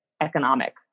economic